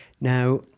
Now